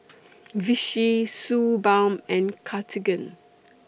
Vichy Suu Balm and Cartigain